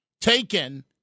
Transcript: taken